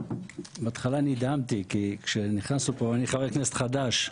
בהתחלה נדהמתי אני חבר כנסת חדש.